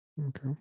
Okay